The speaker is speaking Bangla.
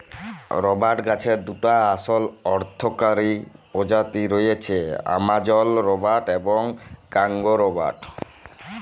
রবাট গাহাচের দুটা আসল অথ্থকারি পজাতি রঁয়েছে, আমাজল রবাট এবং কংগো রবাট